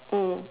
mm